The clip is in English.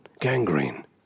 gangrene